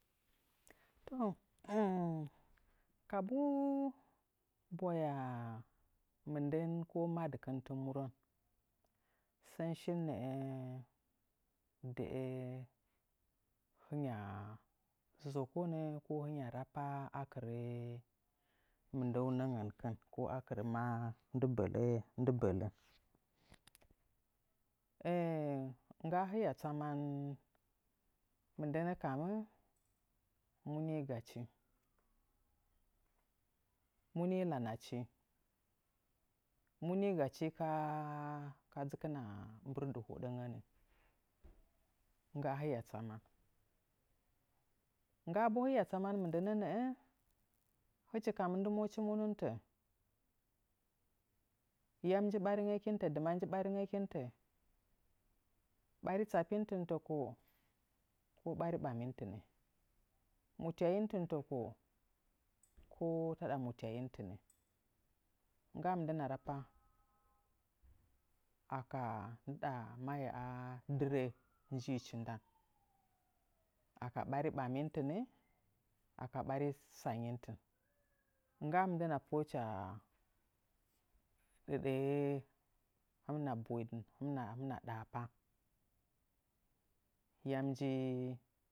To kabuu bwaya mɨndəntɨ madɨkɨn ko murən, sən shin nəə dəə hɨnya zəkonə ko hɨnya rapa akirə mɨndəunəngənkɨn ko a kɨrə maa ndɨ bələn. Ngga hiya tsaman mɨndənə kammɨ munii gachi? Munii lanachi? Munii gachi ka dzɨkɨna dzɨkɨna mbɨraɨ hoɗəangənnɨ? Ngga hiya tsaman. Ngga bo hiya tsaman mɨndənə nəə hɨchi kam ndɨ mochi mu nɨn tə? Yam nji baringəkintə, dɨma nji ɓaringəkintə? Bari tsappi nɨtɨn təko ko ɓari ɓami? Mutyayi nɨtɨn təko ko taɗa mutyayi? Ngga mɨndəna rapa aka mahyaa ndɨɗa dɨrə njiichi ndan? Aka ɓari ɓanni nɨtɨn aka ɓari sangnyi nɨtɨn? Ngga mɨndəna pohə'ə hɨcha ɗəɗəhə. Ngga məndəna tsaman, hɨmɨna badɨn hɨmɨna dahapa yam njichi.